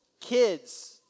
kids